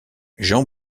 jean